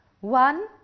One